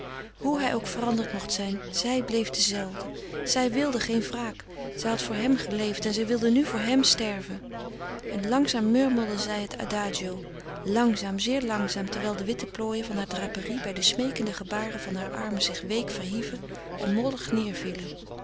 hoe hij ook veranderd mocht zijn zij bleef dezelfde zij wilde geen wraak zij had voor hem geleefd en zij wilde nu voor hem sterven en langzaam murmelde zij het adagio langzaam zeer langzaam terwijl de witte plooien van haar draperie bij de smeekende gebaren heurer armen zich week verhieven en mollig